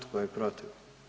Tko je protiv?